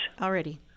Already